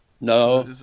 No